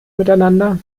miteinander